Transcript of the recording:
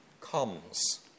comes